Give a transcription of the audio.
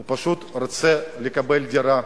הוא פשוט רוצה לקבל דירה,